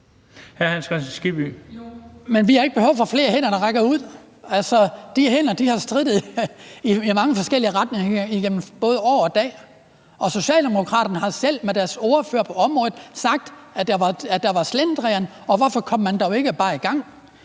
vi har ikke behov for flere hænder, der rækker ud. Altså, de hænder har strittet i mange forskellige retninger år og dag, og Socialdemokraterne har selv med deres ordfører på området sagt, at der var slendrian, og hvorfor man dog ikke bare kom i gang.